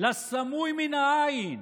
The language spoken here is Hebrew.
לסמוי מן העין,